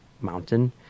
mountain